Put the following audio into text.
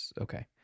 Okay